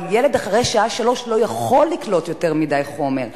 אבל ילד אחרי השעה 15:00 לא יכול לקלוט יותר מדי חומר.